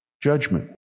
judgment